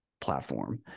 platform